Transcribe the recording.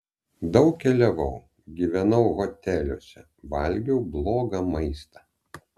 daug keliavau gyvenau hoteliuose valgiau blogą maistą